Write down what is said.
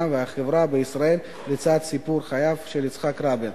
והחברה בישראל לצד סיפור חייו של יצחק רבין.